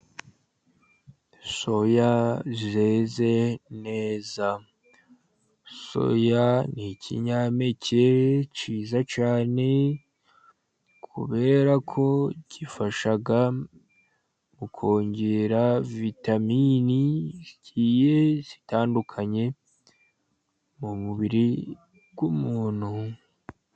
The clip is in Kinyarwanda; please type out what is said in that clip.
Soya zeze neza. Soya ni ikinyampeke cyiza cyane, kubera ko gifasha ukongera vitamini zigiye zitandukanye mu mubiri w'umuntu.